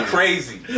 Crazy